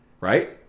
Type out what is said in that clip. right